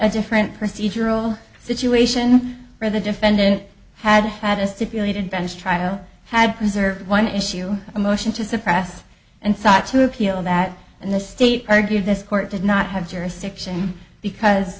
a different procedural situation where the defendant had had a stipulated bench trial had reserved one issue a motion to suppress and sought to appeal that and the state argued this court did not have jurisdiction because